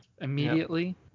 immediately